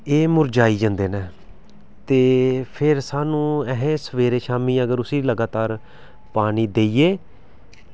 एह् मुरझाई जंदे न ते फिर सानूं असें सवेरे शामीं लगातार पानी देइयै